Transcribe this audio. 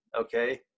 okay